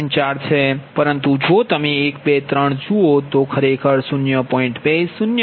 પરંતુ જો તમે 1 2 3 જુઓ તે ખરેખર 0